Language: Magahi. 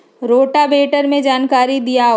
रोटावेटर के जानकारी दिआउ?